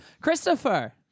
Christopher